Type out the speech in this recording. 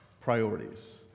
priorities